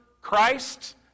Christ